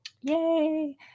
Yay